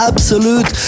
Absolute